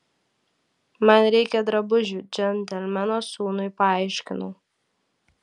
man reikia drabužių džentelmeno sūnui paaiškinau